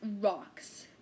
rocks